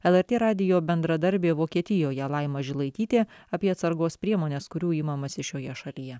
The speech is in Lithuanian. lrt radijo bendradarbė vokietijoje laima žilaitytė apie atsargos priemones kurių imamasi šioje šalyje